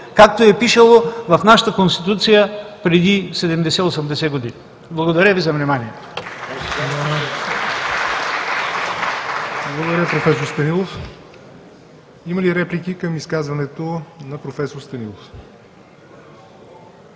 както е пишело в нашата Конституция преди 70 – 80 години. Благодаря Ви за вниманието.